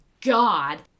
God